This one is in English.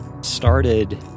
started